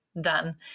done